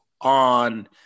on